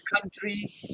country